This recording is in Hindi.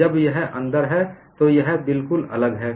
जब यह अंदर है तो यह बिल्कुल अलग है